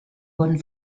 wurden